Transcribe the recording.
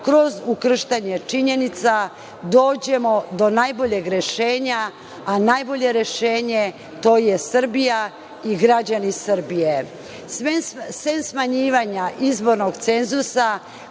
kroz ukrštanje činjenica, dođemo do najboljeg rešenja, a najbolje rešenje to je Srbija i građani Srbije. Sem smanjivanja izbornog cenzusa